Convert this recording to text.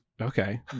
okay